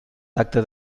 tacte